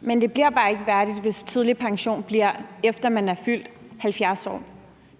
Men det bliver bare ikke værdigt, hvis tidlig pension bliver, efter man er fyldt 70 år,